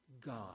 God